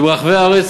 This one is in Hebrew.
שברחבי הארץ,